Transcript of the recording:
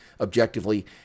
objectively